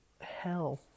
hell